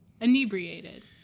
Inebriated